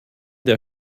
der